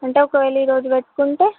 అంటే ఒకవేళ ఈ రోజు పెట్టుకుంటే